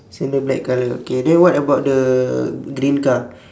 sandal black colour okay then what about the green car